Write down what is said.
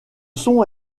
son